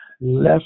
left